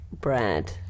Brad